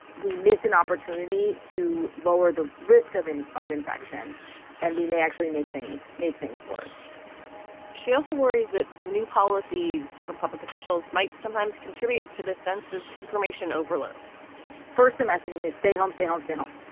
we miss an opportunity to lower the risk of and of infection and we may actually make things make things worse she also worries that new policies from public officials might sometimes contribute to the sense of information overload first, the messaging is stay home, stay home, stay home.